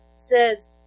says